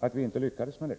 att vi inte lyckades med det.